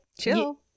Chill